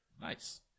Nice